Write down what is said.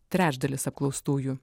trečdalis apklaustųjų